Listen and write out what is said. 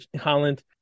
Holland